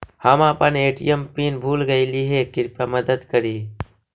हम अपन ATM pin भूल गईली हे, कृपया मदद करी